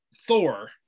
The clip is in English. thor